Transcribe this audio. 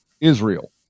Israel